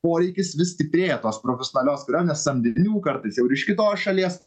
poreikis vis stiprėja tos profesionalios kariuomenės samdinių kartais jau ir iš kitos šalies